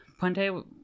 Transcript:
Puente